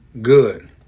Good